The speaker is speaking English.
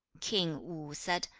king wu said,